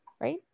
right